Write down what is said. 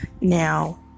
Now